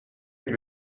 avec